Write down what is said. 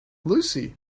lucy